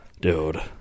Dude